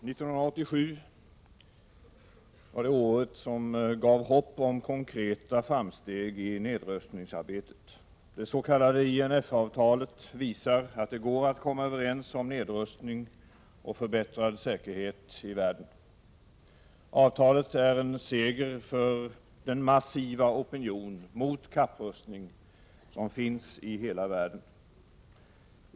Herr talman! År 1987 gav hopp om konkreta framsteg i nedrustningsarbetet. Det s.k. INF-avtalet visar att det går att komma överens om nedrustning och förbättrad säkerhet i världen. Avtalet är en seger för den massiva opinion mot kapprustning som finns i hela världen.